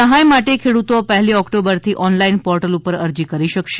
સહાય માટે ખેડૂતો પહેલી ઓક્ટોબરથી ઓનલાઇન પોર્ટલ પર અરજી કરી શકશે